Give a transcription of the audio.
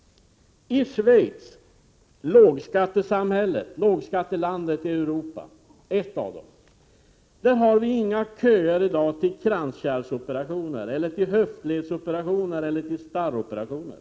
I Schweiz, ett av lågskatteländerna i Europa, finns det i dag inga köer till kranskärlsoperationer, höftledsoperationer eller starroperationer.